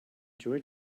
joy